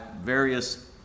various